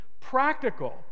practical